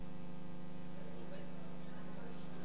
אני מתכבד לפתוח את ישיבת